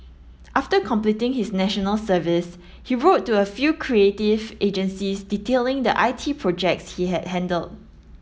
after completing his National Service he wrote to a few creative agencies detailing the I T projects he had handled